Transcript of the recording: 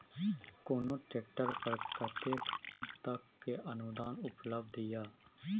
कोनो ट्रैक्टर पर कतेक तक के अनुदान उपलब्ध ये?